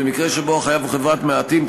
במקרה שבו החייב הוא חברת מעטים,